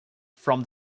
from